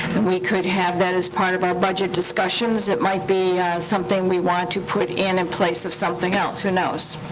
we could have that as part of our budget discussions. it might be something we want to put in in place of something else. who knows?